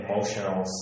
emotional